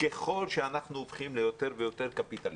ככל שאנחנו הופכים ליותר ויותר קפיטליסטים,